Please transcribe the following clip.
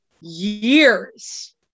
years